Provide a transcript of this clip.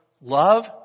love